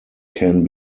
can